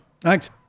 Thanks